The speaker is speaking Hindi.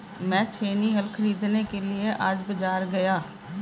मैं छेनी हल खरीदने के लिए आज बाजार गया